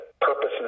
purpose